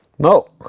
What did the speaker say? now,